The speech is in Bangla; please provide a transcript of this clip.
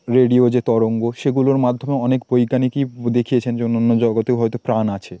রেডিও যে তরঙ্গ সেগুলোর মাধ্যমে অনেক বৈজ্ঞানিকই দেখিয়েছেন যে অন্যান্য জগতেও হয়তো প্রাণ আছে